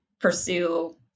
pursue